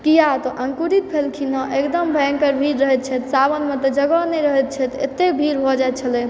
किया तऽ अङ्कुरित भेलखिन हँ एकदम भयङ्कर भीड़ रहै छथि सावनमे तऽ जगह नहि रहैत छैथ एते भीड़ भए जाइ छलै